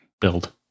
build